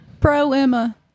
pro-Emma